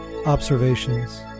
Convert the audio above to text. observations